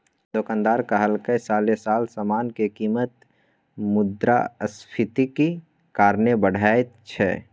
दोकानदार कहलकै साले साल समान के कीमत मुद्रास्फीतिक कारणे बढ़ैत छै